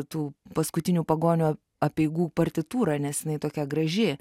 tų paskutinių pagonio apeigų partitūrą nes jinai tokia graži